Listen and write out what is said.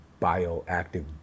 bioactive